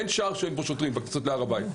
אין שער שאין בו שוטרים בכניסות להר הבית.